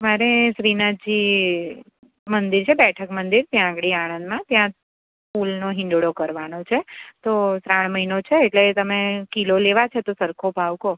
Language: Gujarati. મારે શ્રીનાથજી મંદિર છે બેઠક મંદિર ત્યાં આગળ આણંદમાં ત્યાં ફૂલનો હિંડોળો કરવાનો છે તો શ્રાવણ મહિનો છે એટલે તમે કિલો લેવા છે તો સરખો ભાવ કહો